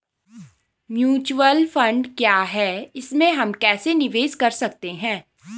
Mutual fund क्या है इसमें हम कैसे निवेश कर सकते हैं?